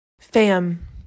Fam